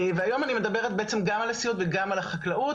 היום אני מדברת בעצם גם על הסיעוד וגם על החקלאות.